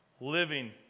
Living